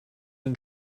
den